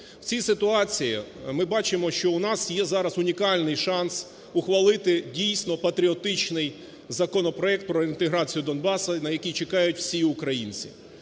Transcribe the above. В цій ситуації ми бачимо, що в нас є зараз унікальний шанс ухвалити, дійсно, патріотичний законопроект про реінтеграцію Донбасу, на який чекають всі українців.